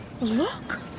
Look